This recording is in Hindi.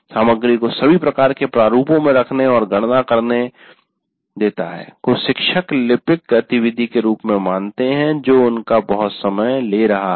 सामग्री को सभी प्रकार के प्रारूपों में रखने और गणना करने सभी प्रकार की चीजों की को शिक्षक लिपिक गतिविधि के रूप में मानते हैं जो उनका बहुत समय ले रहा है